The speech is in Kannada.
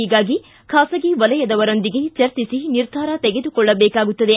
ಹೀಗಾಗಿ ಖಾಸಗಿ ವಲಯದವರೊಂದಿಗೆ ಚರ್ಚಿಸಿ ನಿರ್ಧಾರ ತೆಗೆದುಕೊಳ್ಳಬೇಕಾಗುತ್ತದೆ